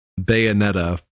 Bayonetta